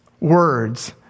words